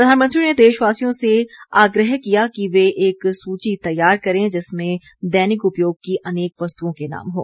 प्रधानमंत्री ने देशवासियों से आग्रह किया कि वे एक सूची तैयार करे जिसमें दैनिक उपयोग की अनेक वस्तुओं के नाम हों